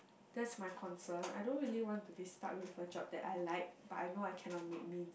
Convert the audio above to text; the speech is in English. that's my concern I don't really want to be stuck with a job that I like but I know I cannot make me